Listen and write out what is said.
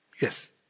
Yes